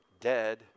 dead